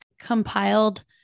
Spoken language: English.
compiled